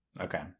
Okay